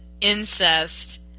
incest